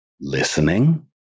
listening